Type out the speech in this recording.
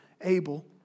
Abel